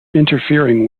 interfering